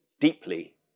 deeply